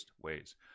ways